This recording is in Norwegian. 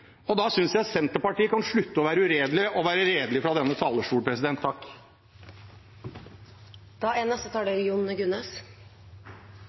Da synes jeg Senterpartiet kan slutte å være uredelige – og være redelige fra denne talerstol.